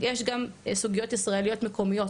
יש גם סוגיות ישראליות מקומיות,